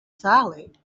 solid